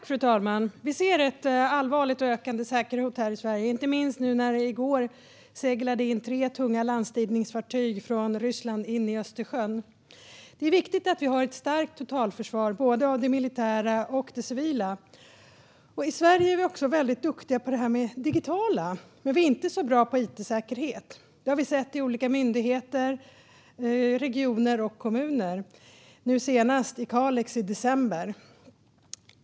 Fru talman! Vi ser ett allvarligt och ökande säkerhetshot här i Sverige. Det gäller inte minst nu när det i går seglade in tre tunga landstigningsfartyg från Ryssland i Östersjön. Det är viktigt att vi har ett starkt totalförsvar. Det gäller både det militära och det civila försvaret. I Sverige är vi väldigt duktiga på det digitala. Men vi är inte så bra på it-säkerhet. Det har vi sett i olika myndigheter, regioner och kommuner och nu senast i Kalix i december.